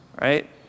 right